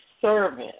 servant